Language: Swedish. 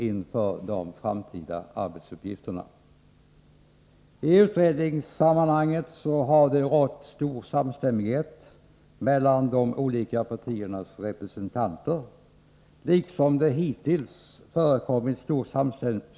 inför de framtida arbetsuppgifterna, i I 19) I utredningssammanhanget Am, det Fått.stor; fär ÄRNAnE män. du olika partiernas representanter; liksom det hittills, rått.